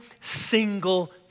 single